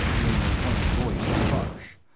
raynor one's voice was harsh,